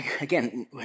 Again